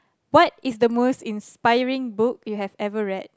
what is the most inspiring book you have ever read